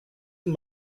une